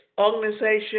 organization